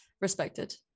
respected